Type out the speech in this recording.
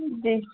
جی